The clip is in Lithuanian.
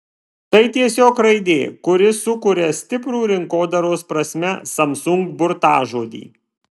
tai tiesiog raidė kuri sukuria stiprų rinkodaros prasme samsung burtažodį